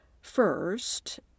first